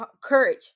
courage